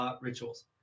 rituals